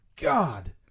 God